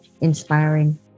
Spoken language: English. Inspiring